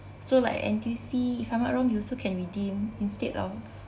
so like N_T_U_C if I'm not wrong you also can redeem instead of